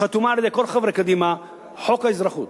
שחתומה על-ידי כל חברי קדימה: הצעת חוק האזרחות,